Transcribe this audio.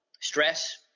stress